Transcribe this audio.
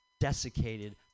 desiccated